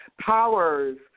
Powers